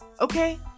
okay